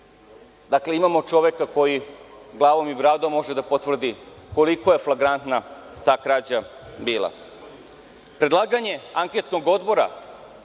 Dakle, imamo čoveka koji glavom i bradom može da potvrdi koliko je flagrantna ta krađa bila. Predlaganje anketnog odbora,